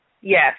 Yes